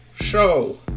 Show